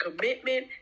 commitment